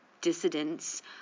dissidents